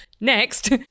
Next